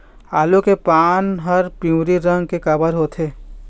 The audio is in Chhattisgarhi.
आलू के पान हर पिवरी रंग के काबर होथे?